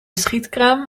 schietkraam